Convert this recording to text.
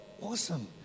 Awesome